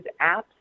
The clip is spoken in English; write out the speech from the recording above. apps